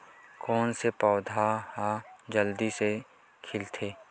कोन से पौधा ह जल्दी से खिलथे?